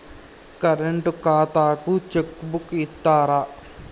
Current ఖాతాకు cheque book ఇత్తరా?